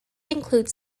includes